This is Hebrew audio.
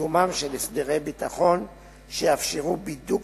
קיומם של הסדרי ביטחון שיאפשרו בידוק